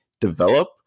develop